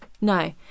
No